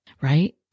right